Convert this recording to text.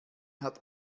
hat